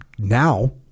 Now